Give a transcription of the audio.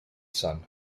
son